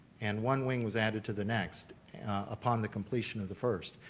and one wing was added to the next upon the completion of the first.